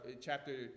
chapter